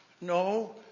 No